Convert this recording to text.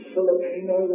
Filipino